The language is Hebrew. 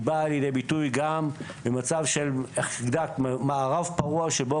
היא באה לידי ביטוי גם במצב של מערב פרוע שבו